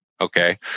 Okay